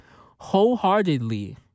wholeheartedly